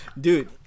Dude